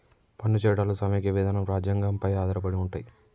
పన్ను చట్టాలు సమైక్య విధానం రాజ్యాంగం పై ఆధారపడి ఉంటయ్